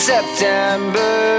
September